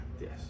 Yes